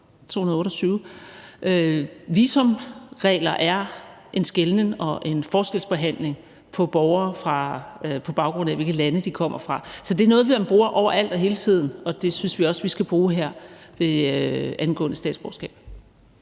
Visumregler er en skelnen mellem og en forskelsbehandling af borgere, på baggrund af hvilket land de kommer fra. Så det er noget, man bruger overalt og hele tiden, og det synes vi også vi skal bruge her angående statsborgerskab.